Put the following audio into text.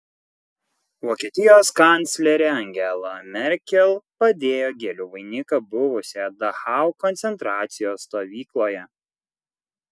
vokietijos kanclerė angela merkel padėjo gėlių vainiką buvusioje dachau koncentracijos stovykloje